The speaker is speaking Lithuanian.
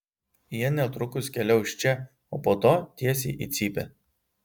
jie netrukus keliaus čia o po to tiesiai į cypę